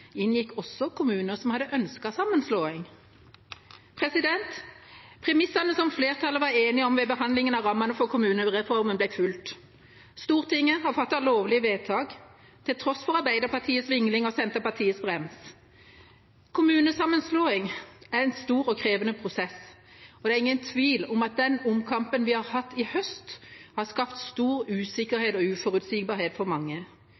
inngikk også kommuner som hadde ønsket sammenslåing. Premissene som flertallet var enige om ved behandlingen av rammene for kommunereformen, ble fulgt. Stortinget har fattet lovlig vedtak, til tross for Arbeiderpartiets vingling og Senterpartiets brems. Kommunesammenslåing er en stor og krevende prosess. Det er ingen tvil om at den omkampen vi har hatt i høst, har skapt stor usikkerhet og uforutsigbarhet for mange.